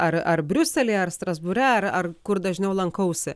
ar ar briuselyje ar strasbūre ar ar kur dažniau lankausi